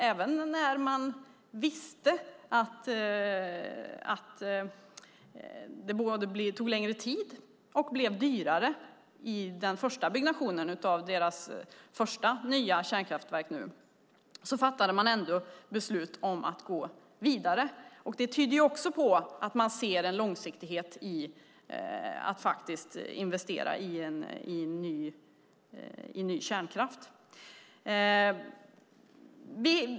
Trots att man visste att det tog längre tid och blev dyrare i den första byggnationen fattade man beslut om att gå vidare. Det tyder också på att man ser en långsiktighet i att investera i ny kärnkraft.